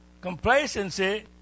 Complacency